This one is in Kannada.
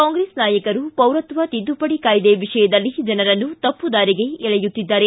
ಕಾಂಗ್ರೆಸ್ ನಾಯಕರು ಪೌರತ್ವ ತಿದ್ದುಪಡಿ ಕಾಯ್ದೆ ವಿಷಯದಲ್ಲಿ ಜನರನ್ನು ತಪ್ಪು ದಾರಿಗೆ ಎಳೆಯುತ್ತಿದ್ದಾರೆ